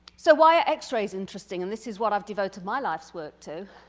so why are x-rays interesting and this is what i've devoted my life's work to.